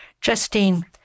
Justine